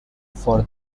for